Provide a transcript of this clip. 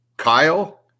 Kyle